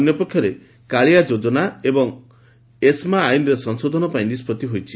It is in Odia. ଅନ୍ୟପକ୍ଷରେ କାଳିଆ ଯୋଜନା ଏବଂ ଏସ୍ମା ଆଇନରେ ସଂଶୋଧନପାଇଁ ନିଷ୍ବଭି ହୋଇଛି